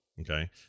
Okay